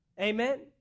Amen